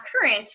current